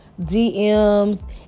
DMs